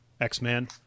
X-Men